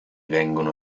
vengono